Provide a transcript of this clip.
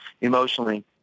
emotionally